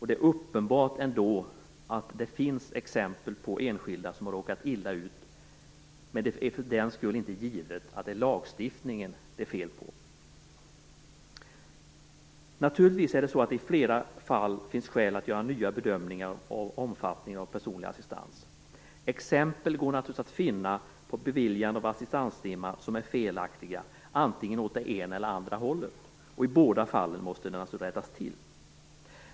Det finns uppenbart exempel på enskilda som har råkat illa ut, men det är för den skull inte givet att det är lagstiftningen som det är fel på. Naturligtvis finns det i flera fall skäl att göra nya bedömningar av omfattningen av personlig assistans. Det går naturligtvis att finna exempel på beviljade assistanstimmar som är felaktiga, antingen åt det ena eller det andra hållet. I båda fallen måste det alltså rättas till.